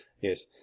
yes